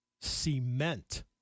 cement